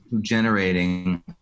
generating